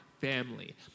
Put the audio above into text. family